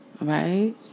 Right